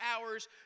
hours